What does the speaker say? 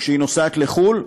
לפרוטוקול.